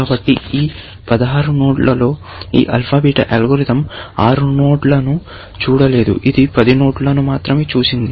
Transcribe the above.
కాబట్టి ఈ 16 నోడ్లలో ఈ ఆల్ఫా బీటా అల్గోరిథం 6 నోడ్లను చూడలేదు ఇది 10 నోడ్లను మాత్రమే చూసింది